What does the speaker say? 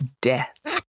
death